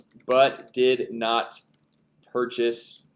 but did not purchase